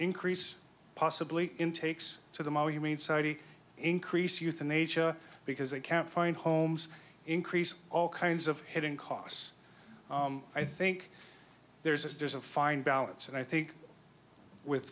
increase possibly intakes to them oh you mean saudi increase euthanasia because they can't find homes increase all kinds of hidden costs i think there's a there's a fine balance and i think with